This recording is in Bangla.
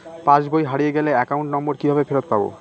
পাসবই হারিয়ে গেলে অ্যাকাউন্ট নম্বর কিভাবে ফেরত পাব?